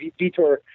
Vitor